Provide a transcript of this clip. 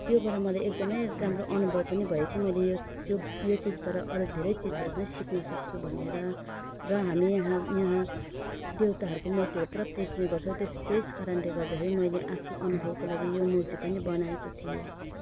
त्योबाट मलाई एकदमै राम्रो अनुभव पनि भयो कि मैले यो त्यो यो चिजबाट अरू धेरै चिजहरू पनि सिक्नसक्छु भनेर र हामी यहाँ यहाँ देउताहरूको मुर्तीहरू पुरा पुज्ने गर्छौँ त्यस त्यस कारणले गर्दाखेरि मैले आफ्नो अनुभवको लागि यो मुर्ति पनि बनाएको थिएँ